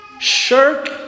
Shirk